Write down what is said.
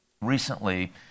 recently